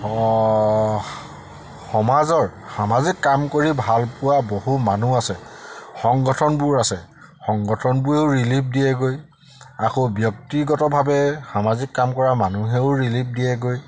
সমাজৰ সামাজিক কাম কৰি ভাল পোৱা বহু মানুহ আছে সংগঠনবোৰ আছে সংগঠনবোৰেও ৰিলিফ দিয়েগৈ আকৌ ব্যক্তিগতভাৱে সামাজিক কাম কৰা মানুহেও ৰিলিফ দিয়েগৈ